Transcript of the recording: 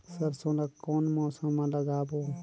सरसो ला कोन मौसम मा लागबो?